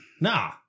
Nah